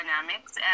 dynamics